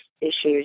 issues